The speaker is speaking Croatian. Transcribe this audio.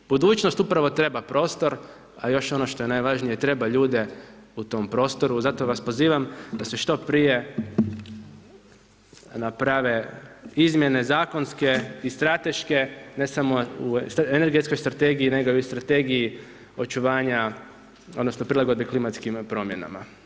Budućnost upravo treba prostor a još ono što je najvažnije, treba ljude u tom prostoru, zato vas pozivam da se što prije naprave izmjene zakonske i strateške, ne samo u energetskoj strategiji nego i u strategiji očuvanja odnosno prilagodbe klimatskim promjenama.